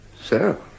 Sir